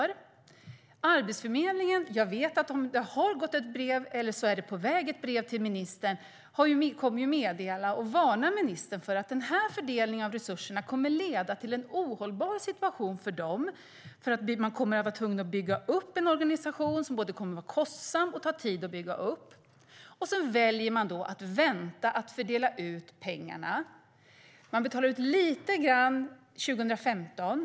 Från Arbetsförmedlingen vet jag att det har gått ett brev eller är på väg ett brev till ministern där de varnar ministern för att den här fördelningen av resurserna kommer att leda till en ohållbar situation för dem, eftersom de kommer att vara tvungna att bygga upp en organisation som kommer att vara kostsam och ta tid att bygga upp. Sedan väljer regeringen att vänta med att fördela ut pengarna. Man betalar ut lite grann 2015.